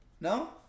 No